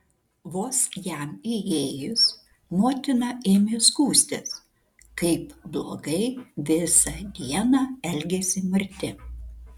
vos jam įėjus motina ėmė skųstis kaip blogai visą dieną elgėsi marti